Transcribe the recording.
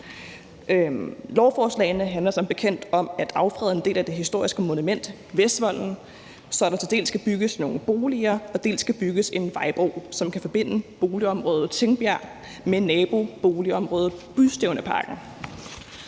Lovforslagene handler som bekendt om at affrede en del af det historiske monument Vestvolden, så der dels skal bygges nogle boliger, dels skal bygges en vejbro, som kan forbinde boligområdet Tingbjerg med naboboligområdet Bystævneparken.